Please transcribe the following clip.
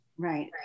Right